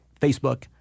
Facebook